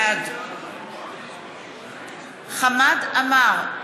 בעד חמד עמאר,